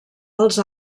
als